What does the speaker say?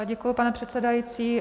Děkuji, pane předsedající.